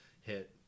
hit